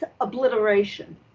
obliteration